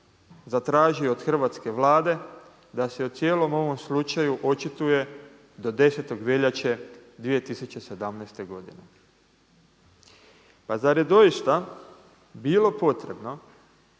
zatražio od hrvatske Vlade da se o cijelom ovom slučaju očituje do 10. veljače 2017. godine. Pa zar je doista bilo potrebno